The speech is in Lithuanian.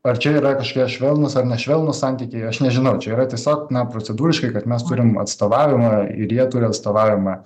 ar čia yra kažkokie švelnūs ar nešvelnūs santykiai aš nežinau čia yra tiesiog na procedūriškai kad mes turim atstovavimą ir jie turi atstovavimą